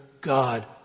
God